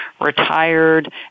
retired